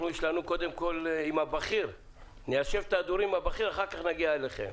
קודם כל ניישב את ההדורים עם הבכיר ואחר כך נגיע אליכם.